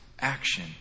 action